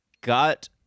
got